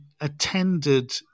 attended